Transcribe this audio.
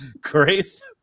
Grace